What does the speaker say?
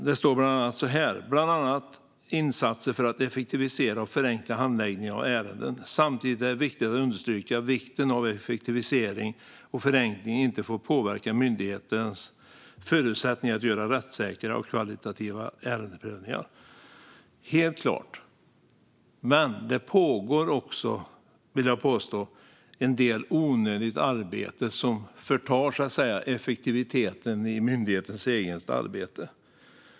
Där sägs bland annat så här: "Det är bland annat insatser för att effektivisera och förenkla handläggning av ärenden. Samtidigt är det viktigt att understryka vikten av att effektivisering och förenkling inte får påverka myndighetens förutsättningar att göra rättssäkra och kvalitativa ärendebedömningar." Det är helt klart, men det pågår också, vill jag påstå, en del onödigt arbete som så att säga förtar effektiviteten hos myndighetens eget arbete.